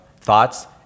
thoughts